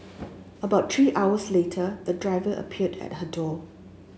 about three hours later the driver appeared at her door